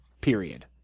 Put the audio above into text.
period